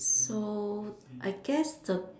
so I guess the